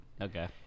Okay